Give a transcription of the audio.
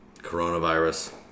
Coronavirus